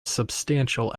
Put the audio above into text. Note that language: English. substantial